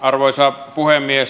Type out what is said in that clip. arvoisa puhemies